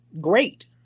Great